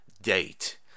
date